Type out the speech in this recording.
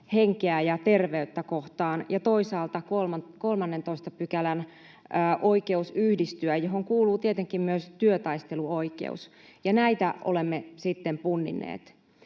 henkeä ja terveyttä kohtaan ja toisaalta 13 §:n oikeus yhdistyä, johon kuuluu tietenkin myös työtaisteluoikeus. Ja näitä olemme sitten punninneet.